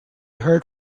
heard